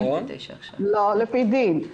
לא "לפי דין".